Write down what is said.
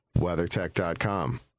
WeatherTech.com